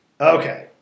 okay